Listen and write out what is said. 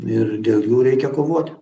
ir dėl jų reikia kovoti